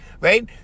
right